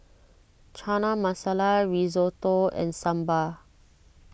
Chana Masala Risotto and Sambar